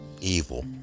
evil